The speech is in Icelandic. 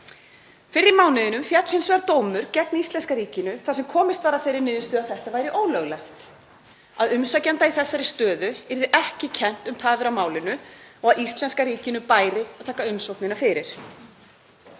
Fyrr í mánuðinum féll hins vegar dómur gegn íslenska ríkinu þar sem komist var að þeirri niðurstöðu að þetta væri ólöglegt, að umsækjanda í þessari stöðu yrði ekki kennt um tafir á málinu og að íslenska ríkinu bæri að taka umsóknina fyrir.